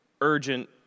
urgent